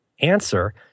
answer